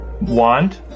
wand